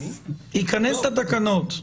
ייכנס לתקנות.